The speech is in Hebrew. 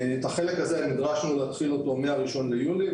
את החלק הזה נדרשנו להתחיל מה-1 ביולי,